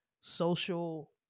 social